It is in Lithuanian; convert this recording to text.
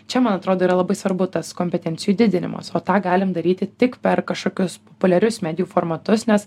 čia man atrodo yra labai svarbu tas kompetencijų didinimas o tą galim daryti tik per kažkokius populiarius medijų formatus nes